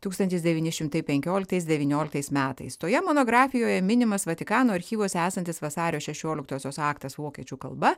tūkstantis devyni šimtai penkioliktais devynioliktais metais toje monografijoje minimas vatikano archyvuose esantys vasario šešioliktosios aktas vokiečių kalba